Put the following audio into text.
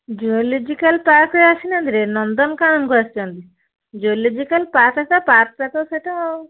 zoological ପାର୍କରେ ଆସି ନନ୍ଦନକାନନକୁ ଆସିଛନ୍ତି ଜୁଲୋଜିକାଲ୍ ପାର୍କଟା ପାର୍କଟା ତ ସେଇଟା ଆଉ